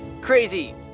crazy